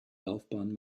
laufbahn